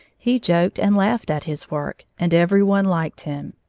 he joked and laughed at his work, and every one liked him.